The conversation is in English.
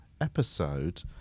episode